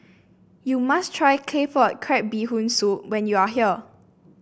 you must try Claypot Crab Bee Hoon Soup when you are here